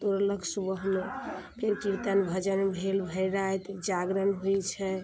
तोड़लक सुबहमे फेर कीर्तन भजन भेल भरि राति जागरण होइ छै